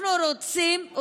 אנחנו רוצים,